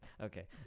okay